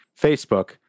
Facebook